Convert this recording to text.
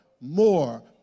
more